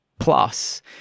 Plus